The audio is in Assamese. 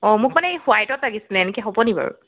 মোক মানে হোৱাইটত লাগিছিলে এনেকৈ হ'ব নি বাৰু